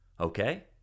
Okay